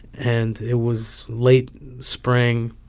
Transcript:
and it was late spring,